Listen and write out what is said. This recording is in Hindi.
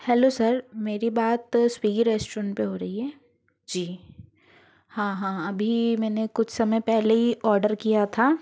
हेलो सर मेरी बात स्विग्गी रेस्टोरेंट पे हो रही है जी हाँ हाँ अभी मैंने कुछ समय पहले ही ऑर्डर किया था